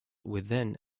within